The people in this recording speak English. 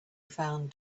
found